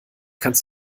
kannst